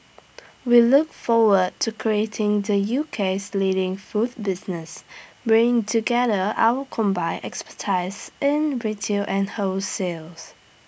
we look forward to creating the UK's leading food business bring together our combined expertise in retail and wholesales